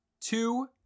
two